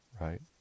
right